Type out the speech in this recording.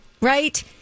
right